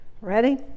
Ready